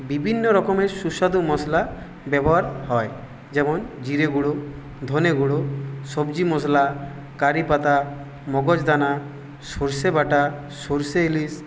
বিভিন্ন রকমের সুস্বাদু মশলা ব্যবহার হয় যেমন জিরে গুঁড়ো ধনে গুঁড়ো সবজি মশলা কারি পাতা মগজ দানা সরষে বাটা সরষে ইলিশ